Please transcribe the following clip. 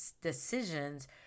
decisions